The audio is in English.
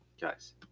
Guys